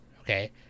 Okay